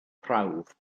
prawf